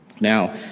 Now